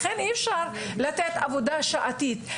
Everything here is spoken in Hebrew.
לכן אי אפשר לתת עבודה שעתית.